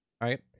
right